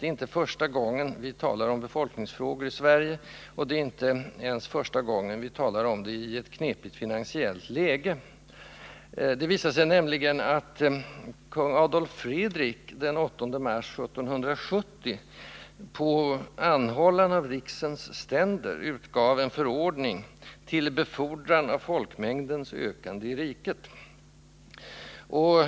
Det är inte första gången vi talar om befolkningsfrågan i Sverige, och det är inte ens första gången vi talar om den i ett knepigt finansiellt läge. Det visar sig att kung Adolf Fredrik den 8 mars 1770 på anhållan av riksens ständer utgav en förordning ”Til befordran af Folkmängdens ökande i Riket”.